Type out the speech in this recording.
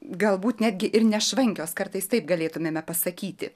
galbūt netgi ir nešvankios kartais taip galėtumėme pasakyti